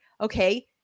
okay